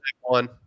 one